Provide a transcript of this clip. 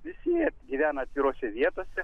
visi jie gyvena atvirose vietose